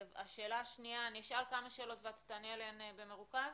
אני אשאל כמה שאלות ואת תעני עליהן במרוכז?